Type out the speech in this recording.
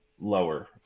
lower